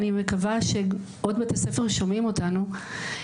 אני מקווה שעוד בתי ספר שומעים אותנו,